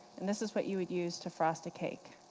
and this is what you would use to frost a cake.